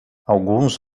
alguns